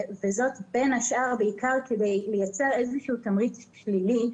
וזאת בין השאר בעיקר כדי לייצר איזשהו תמריץ שלילי.